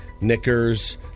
knickers